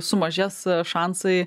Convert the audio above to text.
sumažės šansai